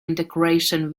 integration